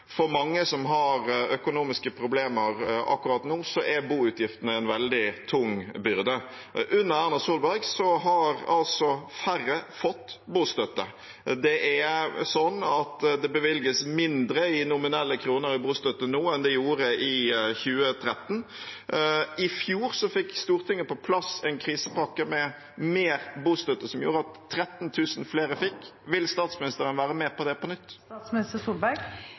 For mange som har økonomiske problemer akkurat nå, er boutgiftene en veldig tung byrde. Under Erna Solberg har færre fått bostøtte. Det bevilges mindre i nominelle kroner i bostøtte nå enn det gjorde i 2013. I fjor fikk Stortinget på plass en krisepakke med mer bostøtte, som gjorde at 13 000 flere fikk. Vil statsministeren være med på det på nytt?